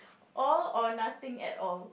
all or nothing at all